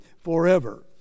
forever